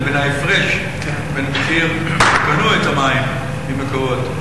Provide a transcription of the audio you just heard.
מההפרש בין המחיר שקנו בו את המים מ"מקורות"